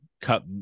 cut